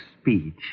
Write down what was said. speech